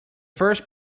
first